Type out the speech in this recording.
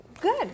Good